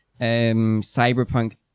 Cyberpunk